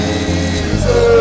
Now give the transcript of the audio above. Jesus